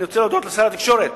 אני רוצה להודות לשר התקשורת